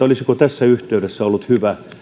olisiko tässä yhteydessä ollut hyvä